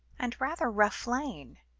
and rather rough lane,